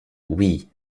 oui